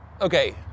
okay